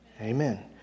Amen